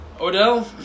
Odell